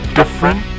different